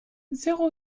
zéro